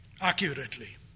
accurately